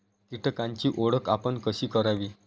कीटकांची ओळख आपण कशी करावी?